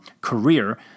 career